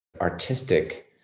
artistic